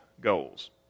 goals